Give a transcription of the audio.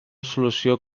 solució